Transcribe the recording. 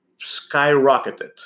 skyrocketed